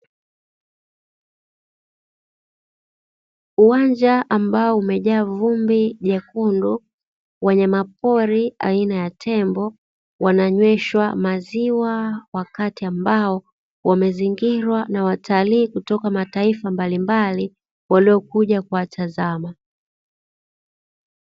Uwanja ambao umejaa vumbi jekundu, wanyamapori aina ya Tembo wananyweshwa maziwa wakati ambao wamezingirwa na watalii kutoka mataifa mbalimbali waliokuja kuwatazama.